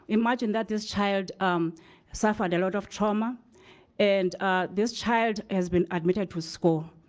imagine that this child um suffered a lot of trauma and this child has been admitted to school.